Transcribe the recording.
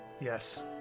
Yes